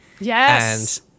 Yes